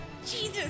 Jesus